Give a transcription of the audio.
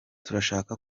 turashaka